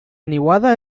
niuada